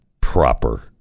proper